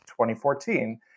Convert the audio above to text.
2014